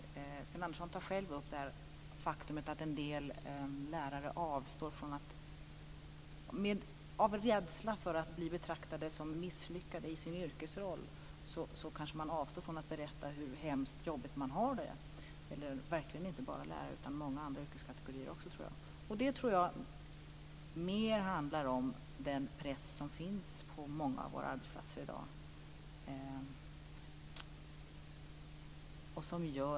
Sten Andersson tar själv upp det faktum att en del lärare, av rädsla att bli betraktade som misslyckade i sin yrkesroll, avstår från att berätta hur hemskt jobbigt man har det. Och jag tror att det inte bara gäller lärare utan många andra yrkeskategorier också. Jag tror att det mer handlar om den press som finns på många av våra arbetsplatser i dag.